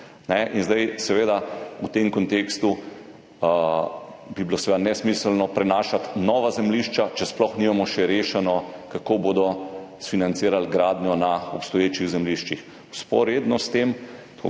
bi bilo seveda v tem kontekstu nesmiselno prenašati nova zemljišča, če sploh nimamo še rešeno, kako bodo financirali gradnjo na obstoječih zemljiščih. Vzporedno s